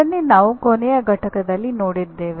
ಅದನ್ನೇ ನಾವು ಕೊನೆಯ ಪಠ್ಯದಲ್ಲಿ ನೋಡಿದ್ದೇವೆ